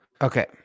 Okay